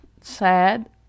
sad